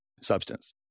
substance